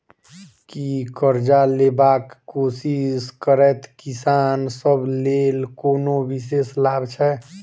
की करजा लेबाक कोशिश करैत किसान सब लेल कोनो विशेष लाभ छै?